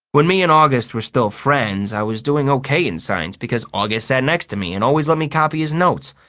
when me and august were still friends, i was doing okay in science because august sat next to me and always let me copy his notes.